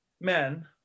men